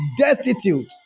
destitute